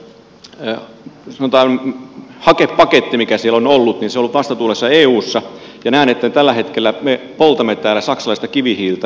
meidän oma sanotaan hakepakettimme mikä siellä on ollut on ollut vastatuulessa eussa ja näen että tällä hetkellä me poltamme täällä saksalaisten tukemaa kivihiiltä